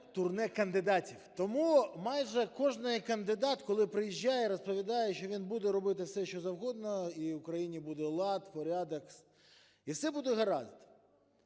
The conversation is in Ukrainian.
Турне кандидатів. Тому майже кожен кандидат, коли приїжджає, розповідає, що він буде робити все, що завгодно, і в Україні буде лад, порядок і все буде гаразд.